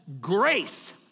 grace